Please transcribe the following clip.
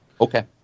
Okay